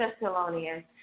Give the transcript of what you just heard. Thessalonians